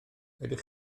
ydych